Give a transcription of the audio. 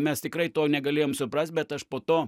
mes tikrai to negalėjom suprast bet aš po to